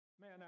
man